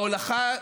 ההולכה,